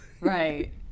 Right